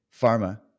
Pharma